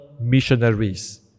missionaries